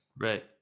right